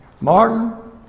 Martin